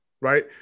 right